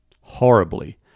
horribly